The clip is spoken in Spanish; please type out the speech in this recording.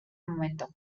momento